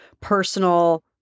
personal